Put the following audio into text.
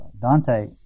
Dante